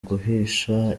guhisha